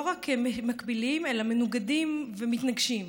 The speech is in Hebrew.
לא רק מקבילים אלא מנוגדים ומתנגשים.